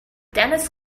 dennis